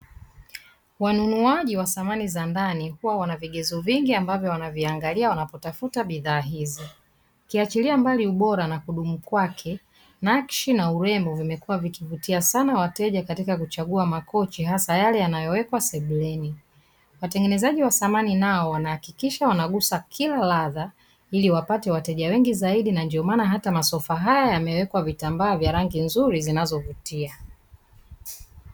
Wanunuaji wa samani za ndani, huwa wana vigezo vingi ambavyo wanaviangalia wanapotafuta bidhaa hizi. Ukiachilia mbali ubora na kudumu kwake, nakshi na urembo vimekuwa vikivutia sana wateja katika kuchagua makochi hasa yale yanayowekwa sebuleni. Watengenezaji wa samani nao wanahakikisha wanagusa kila ladha, ili wapate wateja wengi zaidi na ndio maana hata masofa haya yamewekwa vitambaa vya rangi nzuri zinazovutia.